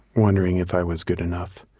wondering if i was good enough.